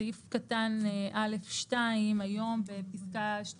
סעיף קטן א2, היום בפסקה 2